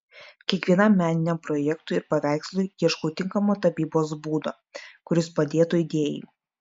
kiekvienam meniniam projektui ir paveikslui ieškau tinkamo tapybos būdo kuris padėtų idėjai